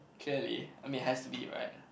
clearly I mean it has to be right